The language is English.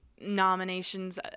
nominations